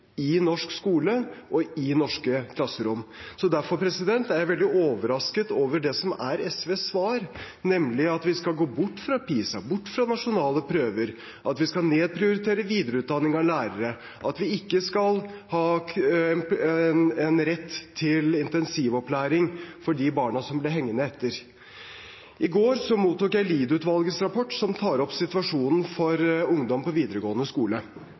i norsk skole og i norske klasserom. Derfor er jeg veldig overrasket over det som er SVs svar, nemlig at vi skal gå bort fra PISA, bort fra nasjonale prøver, at vi skal nedprioritere videreutdanning av lærere, og at vi ikke skal ha en rett til intensivopplæring for de barna som blir hengende etter. I går mottok jeg Lied-utvalgets rapport, som tar opp situasjonen for ungdom på videregående skole.